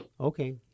Okay